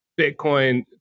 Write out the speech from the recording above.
Bitcoin